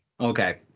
Okay